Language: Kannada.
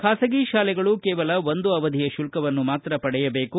ಖಾಸಗಿ ಶಾಲೆಗಳು ಕೇವಲ ಒಂದು ಅವಧಿಯ ಶುಲ್ಕವನ್ನು ಮಾತ್ರ ಪಡೆಯಬೇಕು